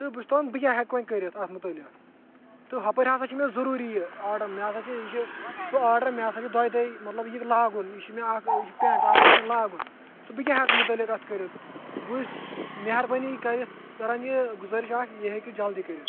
تہٕ بہٕ چھُس دَپان بہٕ کیاہ ہیٚکہٕ وۄنۍ کٔرِتھ اَتھ متعلق تہٕ ہَپٲرۍ ہَسا چھِ مےٚ ضروٗری یہِ آرڈَر مےٚ سَا چھِ یہِ سُہ آرڈَر مےٚ سَا چھِ دوٚیہِ دۄہِہ مطلب یہِ لاگُن یہِ چھُ مےٚ اَکھ یہِ چھِ پٮ۪نٛٹ اَکھ یہِ چھِ مےٚ لاگُن تہٕ بہٕ کیاہ ہٮ۪کہٕ متعلق اَتھ کٔرِتھ بہٕ چھِس مہربٲنی کٔرِتھ کَران یہِ گُزٲرِش اَکھ یہِ ہیٚکہِ جلدی کٔرِتھ